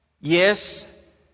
Yes